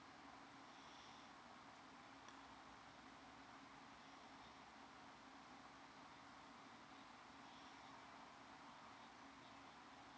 oh uh